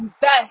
best